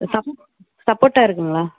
sub சப்போட்டா இருக்குதுங்களா